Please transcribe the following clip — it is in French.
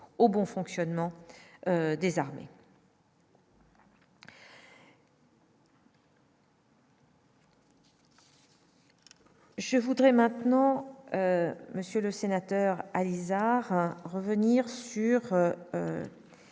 au bon fonctionnement des armées. Je voudrais maintenant Monsieur le sénateur Alizart revenir sur